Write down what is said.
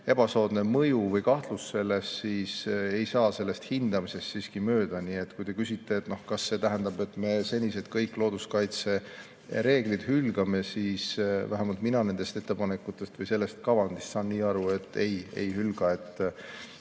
ebasoodne mõju või kahtlus selles, siis ei saa sellest hindamisest siiski mööda. Nii et kui te küsite, kas see tähendab, et me senised kõik looduskaitse reeglid hülgame, siis vähemalt mina nendest ettepanekutest või sellest kavandist saan nii aru, et ei hülga.